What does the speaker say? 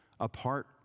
apart